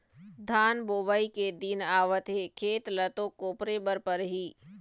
धान बोवई के दिन आवत हे खेत ल तो कोपरे बर परही